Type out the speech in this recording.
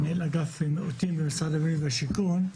מנהל אגף מיעוטים במשרד הבינוי והשיכון.